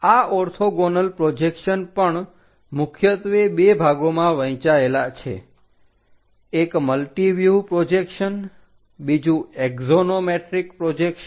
આ orthogonal projection પણ મુખ્યત્વે બે ભાગોમાં વહેંચાયેલા છે એક મલ્ટિવ્યુહ પ્રોજેક્શન બીજુ એક્ષોનોમેટ્રિક પ્રોજેક્શન